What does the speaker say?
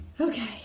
Okay